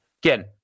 Again